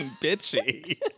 bitchy